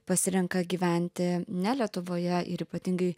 pasirenka gyventi ne lietuvoje ir ypatingai